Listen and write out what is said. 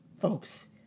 folks